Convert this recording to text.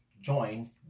join